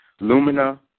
Lumina